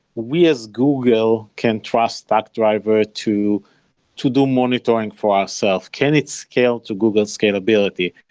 we as google can trust stackdriver to to do monitoring for ourselves. can it scale to google scalability?